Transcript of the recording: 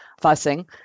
fussing